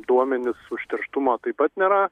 duomenis užterštumo taip pat nėra